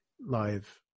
live